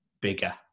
bigger